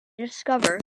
discover